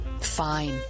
Fine